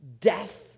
death